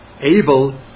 able